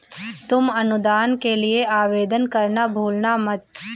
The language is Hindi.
तुम अनुदान के लिए आवेदन करना भूलना मत